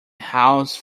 house